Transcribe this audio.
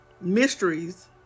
mysteries